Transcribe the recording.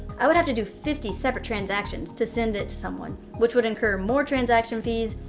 i would have to do fifty separate transactions to send it to someone, which would incur more transactions fees,